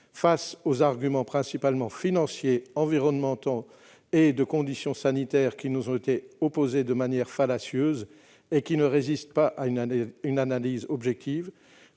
Face aux arguments touchant principalement aux finances, à l'environnement et aux conditions sanitaires qui nous ont été opposés de manière fallacieuse et ne résistent pas à une analyse objective,